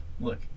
look